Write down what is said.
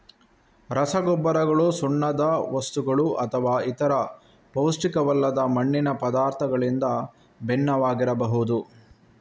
ರಸಗೊಬ್ಬರಗಳು ಸುಣ್ಣದ ವಸ್ತುಗಳುಅಥವಾ ಇತರ ಪೌಷ್ಟಿಕವಲ್ಲದ ಮಣ್ಣಿನ ಪದಾರ್ಥಗಳಿಂದ ಭಿನ್ನವಾಗಿರಬಹುದು